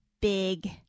big